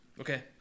Okay